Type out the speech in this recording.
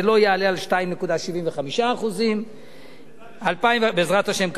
זה לא יעלה על 2.75%. בעזרת השם.